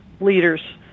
leaders